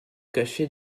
cacher